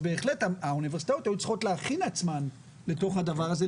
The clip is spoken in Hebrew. בהחלט האוניברסיטאות היו צריכות להכין עצמן לתוך הדבר הזה,